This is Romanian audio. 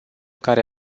care